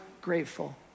grateful